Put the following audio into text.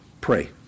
Pray